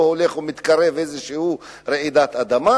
הולכת ומתקרבת איזו רעידת אדמה,